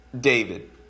David